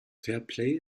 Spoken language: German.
fairplay